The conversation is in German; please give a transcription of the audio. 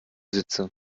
sitze